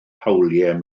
hawliau